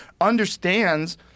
understands